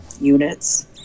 units